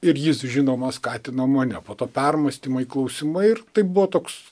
ir jis žinoma skatino mane po to permąstymai klausimai ir tai buvo toks